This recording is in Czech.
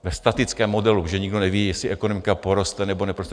Ve statickém modelu, protože nikdo neví, jestli ekonomika poroste, nebo neporoste.